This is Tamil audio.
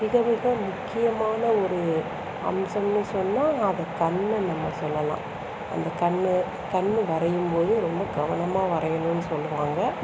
மிக மிக முக்கியமான ஒரு அம்சம்னு சொன்னால் அது கண் நம்ம சொல்லலாம் அந்த கண் கண் வரையும்போது ரொம்ப கவனமாக வரையணும்னு சொல்வாங்க